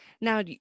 Now